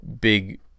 big